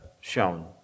shown